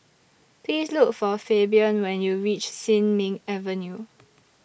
Please Look For Fabian when YOU REACH Sin Ming Avenue